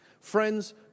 Friends